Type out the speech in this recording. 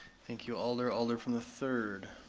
thank you alder, alder from the third.